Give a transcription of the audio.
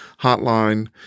hotline